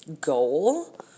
goal